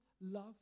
love